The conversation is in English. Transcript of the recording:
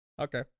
Okay